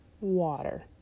water